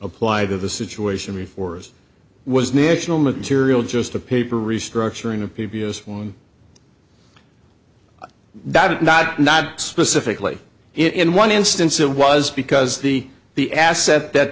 apply to the situation before it was national material just a paper restructuring a previous one that is not not specifically in one instance it was because the the asset that